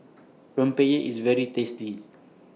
Rempeyek IS very tasty